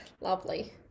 Lovely